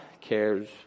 cares